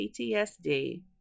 PTSD